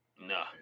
No